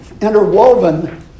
interwoven